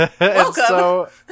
welcome